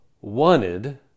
wanted